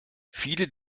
viele